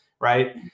right